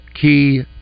key